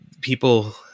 people